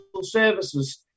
services